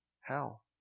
hell